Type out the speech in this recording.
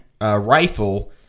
rifle